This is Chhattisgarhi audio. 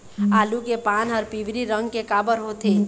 आलू के पान हर पिवरी रंग के काबर होथे?